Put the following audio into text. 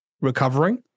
recovering